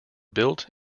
built